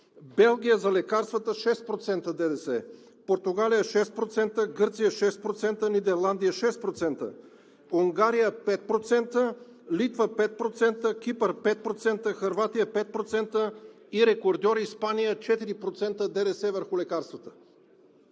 Белгия за лекарствата – 6% ДДС, Португалия – 6%, Гърция – 6%, Нидерландия – 6%, Унгария – 5%, Литва – 5%, Кипър – 5%, Хърватия – 5%, и рекордьор е Испания – 4%, ДДС върху лекарствата.